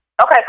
Okay